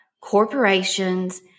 corporations